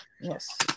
Yes